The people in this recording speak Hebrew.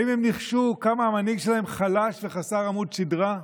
האם הם ניחשו כמה המנהיג שלהם חלש וחסר עמוד שדרה?